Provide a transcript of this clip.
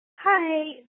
Hi